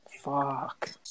Fuck